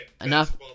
Enough